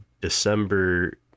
december